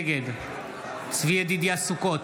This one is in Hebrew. נגד צבי ידידיה סוכות,